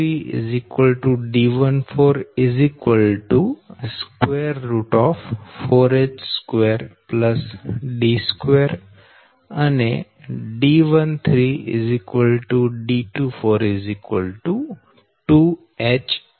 D23 D14 4h2D2 D13 D24 2h છે